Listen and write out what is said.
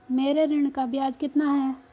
मेरे ऋण का ब्याज कितना है?